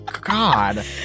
God